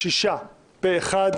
הצבעה הבקשה להקדמת הדיון אושרה.